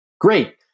Great